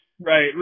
right